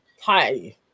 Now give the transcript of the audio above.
hi